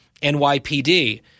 NYPD